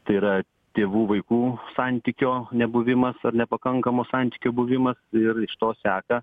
tai yra tėvų vaikų santykio nebuvimas ar nepakankamo santykio buvimas ir iš to seka